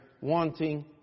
wanting